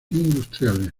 industriales